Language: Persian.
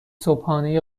صبحانه